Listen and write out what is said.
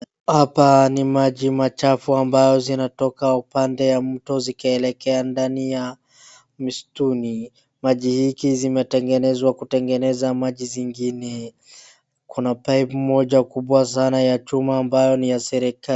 Hapa ni maji machafu ambayo zinatoka upande ya mto zikielekea ndani ya misituni. Maji hiki zimetegezwa kutegeneza maji zingine. Kuna pipu moja kubwa sana ya chuma ambayo ni ya serikali.